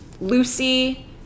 Lucy